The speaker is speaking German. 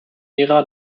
ära